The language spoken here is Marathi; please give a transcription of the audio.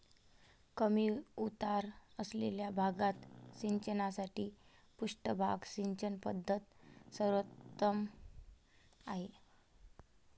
कमी उतार असलेल्या भागात सिंचनासाठी पृष्ठभाग सिंचन पद्धत सर्वोत्तम आहे